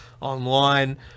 online